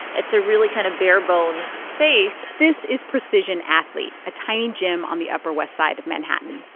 it's a really kind of bare-bones space this is precision athlete, a tiny gym on the upper west side of manhattan.